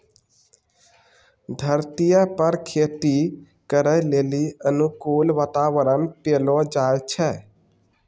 धरतीये पर खेती करै लेली अनुकूल वातावरण पैलो जाय छै